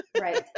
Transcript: Right